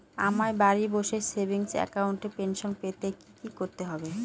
আমায় বাড়ি বসে সেভিংস অ্যাকাউন্টে পেনশন পেতে কি কি করতে হবে?